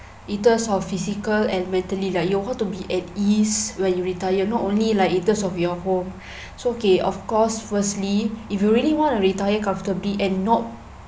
in terms of physical and mentally like you want to be at ease when you retire not only like in terms of your home so okay of course firstly if you really want to retire comfortably and not